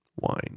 wine